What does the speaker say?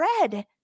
red